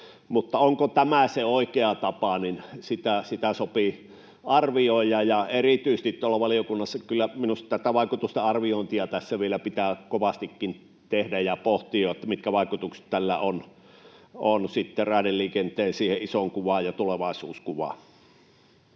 onko tämä se oikea tapa, niin sitä sopii arvioida. Erityisesti tuolla valiokunnassa kyllä minusta tätä vaikutusten arviointia tässä vielä pitää kovastikin tehdä ja pohtia, mitkä vaikutukset tällä on siihen raideliikenteen isoon kuvaan ja tulevaisuuskuvaan.